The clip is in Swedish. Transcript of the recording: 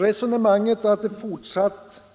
Resonemanget